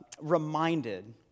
reminded